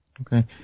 Okay